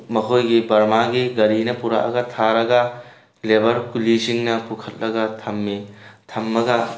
ꯃꯈꯣꯏꯒꯤ ꯕꯔꯃꯥꯒꯤ ꯒꯥꯔꯤꯅ ꯄꯨꯔꯛꯑꯒ ꯊꯥꯔꯒ ꯂꯦꯕꯔ ꯀꯨꯂꯤꯁꯤꯡꯅ ꯄꯨꯈꯠꯂꯒ ꯊꯝꯃꯤ ꯊꯝꯃꯒ